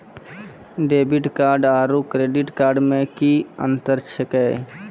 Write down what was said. Debit card आरू credit card मे कि अन्तर छैक?